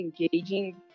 engaging